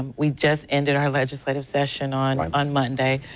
we just ended our legislative session on um on monday.